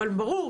אבל ברור,